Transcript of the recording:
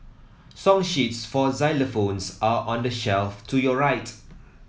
song sheets for xylophones are on the shelf to your right